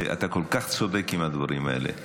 אתה כל כך צודק עם הדברים האלה.